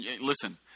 listen